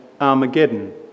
Armageddon